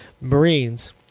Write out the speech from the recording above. Marines